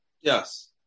Yes